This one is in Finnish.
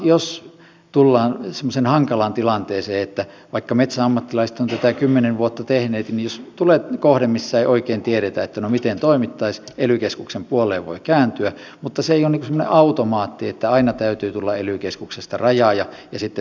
jos tullaan semmoiseen hankalaan tilanteeseen että vaikka metsäammattilaiset ovat tätä kymmenen vuotta tehneet tulee kohde missä ei oikein tiedetä miten toimittaisiin niin ely keskuksen puoleen voi kääntyä mutta se ei ole semmoinen automaatti että aina täytyy tulla ely keskuksesta rajaaja ja sitten tehdään hallintopäätöksiä